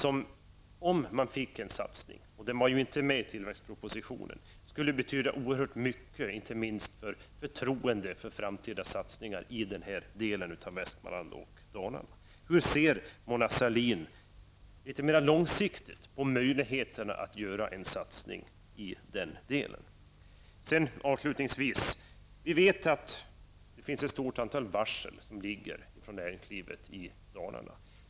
Om det här gjordes en satsning -- någon sådan föreslås inte i tilläggspropositionen, skulle det betyda oerhört mycket, inte minst för tron på framtida satsningar i den här delen av Västmanland och Dalarna. Hur ser Mona Sahlin litet mer långsiktigt på möjligheterna att göra en satsning i den delen? Avslutningsvis: Vi vet att det ligger ett stort antal varsel i näringslivet i Dalarna.